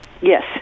Yes